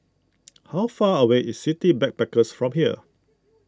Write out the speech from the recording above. how far away is City Backpackers from here